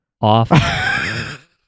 off